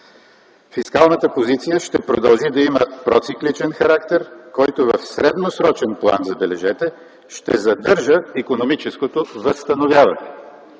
Фискалната позиция ще продължи да има процикличен характер, който в средносрочен план – забележете – ще задържа икономическото възстановяване”.